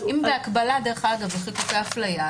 בהקבלה לחיקוקי אפליה,